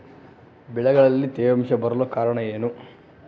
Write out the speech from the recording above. ಬೆಳೆಗಳಲ್ಲಿ ತೇವಾಂಶ ಬರಲು ಕಾರಣ ಏನು?